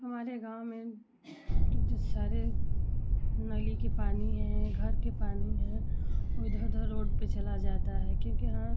हमारे गाँव में जो सारे नली के पानी हैं घर के पानी हैं उधर उधर रोड पे चला जाता है क्योंकि हाँ